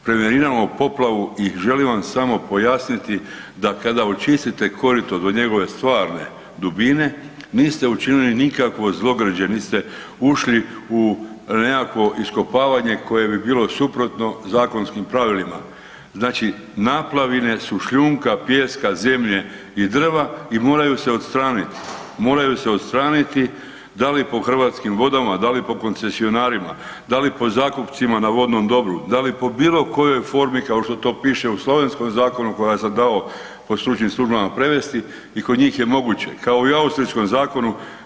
Preveniramo poplavu i želim vam samo pojasniti da kada očistite korito do njegove stvarne dubine niste učinili nikakvo zlogrđe nit ste ušli u nekakvo iskopavanje koje bi bilo suprotno zakonskim pravilima, znači naplavine su šljunka, pijeska, zemlje i drva i moraju se odstraniti, moraju se odstraniti, da li po Hrvatskim vodama, da li po koncesionarima, da li po zakupcima na vodnom dobru, da li po bilo kojoj formi kao što to piše u slovenskom zakonu koga sam dao po stručnim službama prevesti i kod njih je moguće, kao i u austrijskom zakonu.